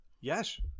Yes